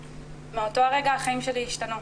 ומאותו הרגע החיים שלי השתנו.